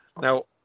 Now